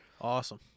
Awesome